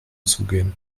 zugehen